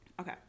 Okay